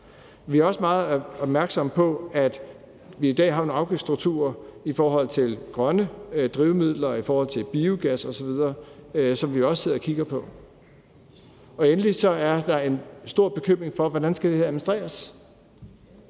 Vi er også meget opmærksomme på, at vi i dag har afgiftsstrukturer i forhold til grønne drivmidler og i forhold til biogas osv., og dem sidder vi også og kigger på. Endelig er der en stor bekymring for, hvordan det her skal administreres.